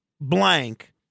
blank